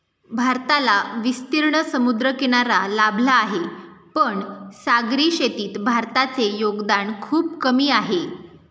भारताला विस्तीर्ण समुद्रकिनारा लाभला आहे, पण सागरी शेतीत भारताचे योगदान खूप कमी आहे